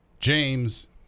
James